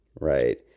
right